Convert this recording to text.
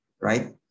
right